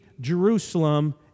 Jerusalem